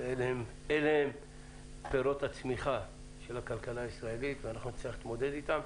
אלה הם פירות הצמיחה של הכלכלה הישראלית ואנחנו נצטרך להתמודד אתם.